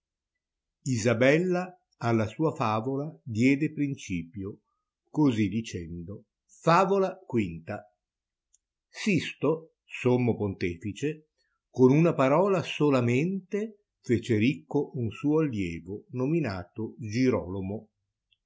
isabella alla sua favola diede principio cosi dicendo favola v sisto sommo pontefice con una parola solamente fece ricco un suo arlievo nominato